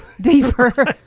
deeper